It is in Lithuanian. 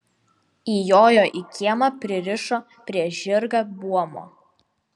įjojo į kiemą pririšo prie žirgą buomo